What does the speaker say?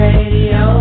Radio